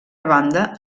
banda